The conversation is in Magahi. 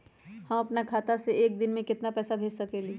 हम अपना खाता से एक दिन में केतना पैसा भेज सकेली?